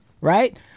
Right